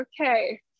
okay